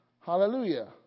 Hallelujah